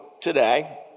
today